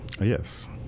Yes